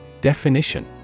Definition